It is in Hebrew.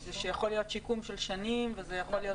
זה יכול להיות שיקום של שנים וזה יכול להיות